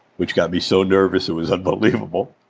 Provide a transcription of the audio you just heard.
which got me so nervous, it was unbelievable.